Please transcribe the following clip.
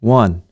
one